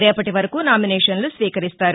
రేపటి వరకు నామినేషన్లు స్వీకరిస్తారు